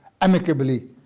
amicably